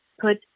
put